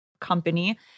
company